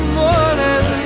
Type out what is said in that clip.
morning